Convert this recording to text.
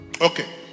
okay